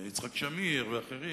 יצחק שמיר ואחרים,